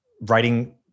writing